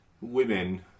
Women